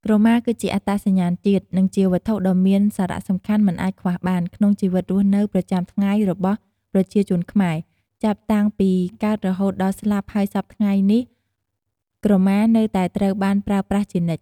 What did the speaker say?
ក្រមា គឺជាអត្តសញ្ញាណជាតិ និងជាវត្ថុដ៏មានសារៈសំខាន់មិនអាចខ្វះបាន ក្នុងជីវិតរស់នៅប្រចាំថ្ងៃរបស់ប្រជាជនខ្មែរ ចាប់តាំងពីកើតរហូតដល់ស្លាប់ហើយសព្វថ្ងៃនេះក្រមានៅតែត្រូវបានប្រើប្រាស់ជានិច្ច។